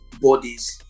bodies